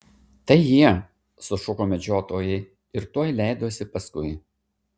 tai jie sušuko medžiotojai ir tuoj leidosi paskui